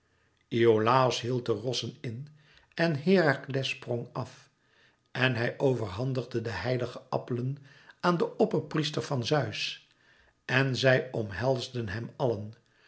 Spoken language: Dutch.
iolàos hield de rossen in en herakles sprong af en hij overhandigde de heilige appelen aan den opperpriester van zeus en zij omhelsden hem